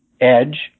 edge